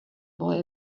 boy